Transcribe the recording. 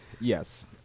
yes